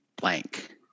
blank